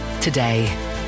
Today